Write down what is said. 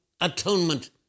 atonement